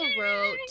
wrote